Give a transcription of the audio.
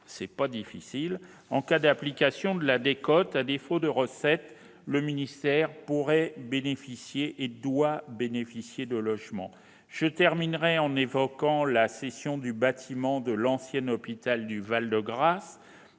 ce n'est pas difficile ... -en cas d'application de la décote : à défaut de recettes, le ministère doit bénéficier de logements. Je conclus en évoquant la cession du bâtiment de l'ancien hôpital du Val-de-Grâce.